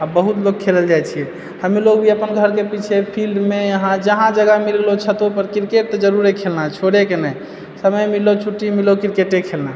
आ बहुत लोग खेलल जायछिये हमलोग भी अपन घरके पीछे फिल्डमे या जहाँ जगह मिललो छतो पर क्रिकेट तऽ जरुरे खेलना है छोड़ैके नहि समय मिललो छुट्टी मिललो क्रिकेटे खेलना है